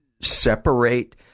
separate